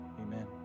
amen